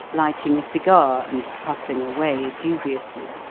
lighting a cigar, and puffing away dubiously.